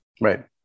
Right